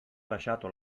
lasciato